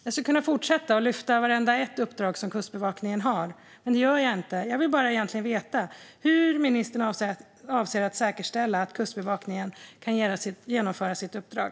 Jag skulle kunna fortsätta och lyfta fram vartenda uppdrag som Kustbevakningen har, men det gör jag inte. Jag vill egentligen bara veta hur ministern avser att säkerställa att Kustbevakningen kan genomföra sitt uppdrag.